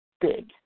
big